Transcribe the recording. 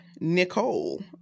nicole